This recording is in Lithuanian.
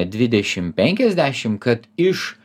dvidešim penkiasdešim kad iš